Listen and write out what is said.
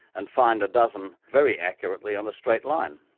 and find a dozen very accurately on a straight line.